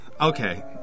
Okay